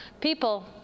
People